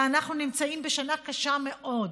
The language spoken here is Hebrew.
ואנחנו בשנה קשה מאוד,